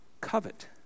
covet